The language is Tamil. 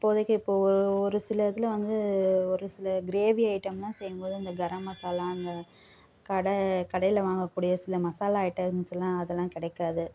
அப்போதைக்கு இப்போது ஒரு சில இதில் வந்து ஒரு சில கிரேவி ஐட்டமெல்லாம் செய்யும் போது அந்த கரம் மசாலா அந்த கடை கடையில் வாங்க கூடிய சில மசாலா ஐட்டம்ஸ் எல்லாம் அதெல்லாம் கிடைக்காது